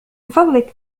فضلك